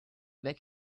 back